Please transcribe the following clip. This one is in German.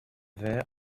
wer